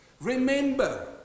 Remember